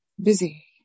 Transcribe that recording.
busy